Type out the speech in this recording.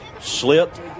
slipped